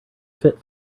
fit